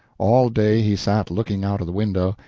all day he sat looking out of the window,